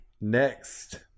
Next